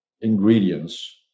ingredients